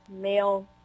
male